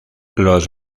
los